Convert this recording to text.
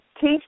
teach